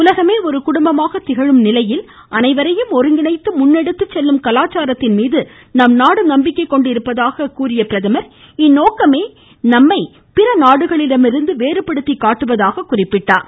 உலகமே ஒரு குடும்பமாக திகழும் நிலையில் அனைவரையும் ஒருங்கிணைத்து முன்னெடுத்து செல்லும் கலாச்சாரத்தின்மீது நம் நாடு நம்பிக்கை கொண்டிருப்பதாக தெரிவித்த அவர் இந்நோக்கமே நம்மை மற்ற நாடுகளிடமிருந்து வேறுபடுத்தி காட்டுவதாக குறிப்பிட்டார்